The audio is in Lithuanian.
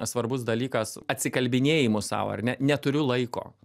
svarbus dalykas atsikalbinėjimų sau ar ne neturiu laiko